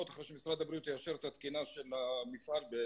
ואז יהיה אפשר להציג אותה כאן.